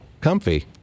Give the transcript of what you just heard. Comfy